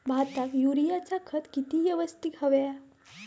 भाताक युरियाचा खत किती यवस्तित हव्या?